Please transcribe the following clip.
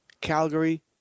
Calgary